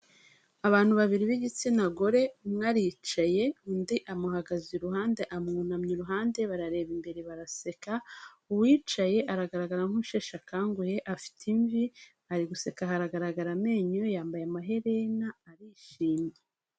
Abantu babiri b'igitsina gore umwe aricaye undi amuhagaze iruhande amwunamye iruhande barareba imbere baraseka, uwicaye aragaragara nk'usheshe akanguyehe afite imvi, ari guseka hagaragara amenyo, yambaye amaherena arishimye.